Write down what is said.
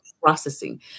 processing